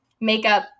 makeup